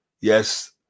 Yes